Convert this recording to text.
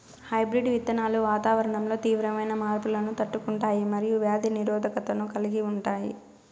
hybrid విత్తనాలు వాతావరణంలో తీవ్రమైన మార్పులను తట్టుకుంటాయి మరియు వ్యాధి నిరోధకతను కలిగి ఉంటాయి